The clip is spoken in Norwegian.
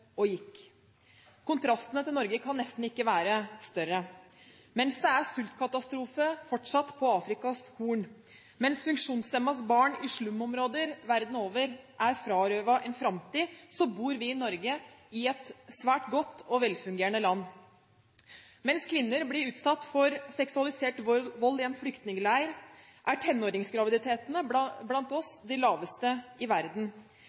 og gikk. Kontrastene til Norge kan nesten ikke være større. Mens det fortsatt er sultkatastrofe på Afrikas horn, mens funksjonshemmedes barn i slumområder verden over er frarøvet en framtid, så bor vi i Norge i et svært godt og velfungerende land. Mens kvinner blir utsatt for seksualisert vold i en flyktningleir, er tenåringsgraviditetene hos oss de laveste i verden.